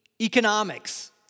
economics